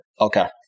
Okay